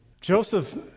Joseph